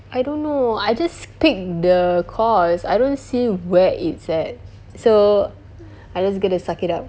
I don't know I just picked the course I don't see where it's at so I'm just going to suck it up